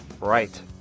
Right